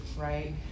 right